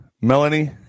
Melanie